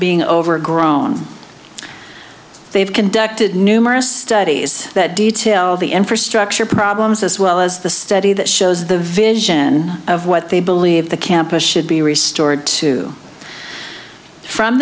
being overgrown they've conducted numerous studies that detail the infrastructure problems as well as the study that shows the vision of what they believe the campus should be restored to from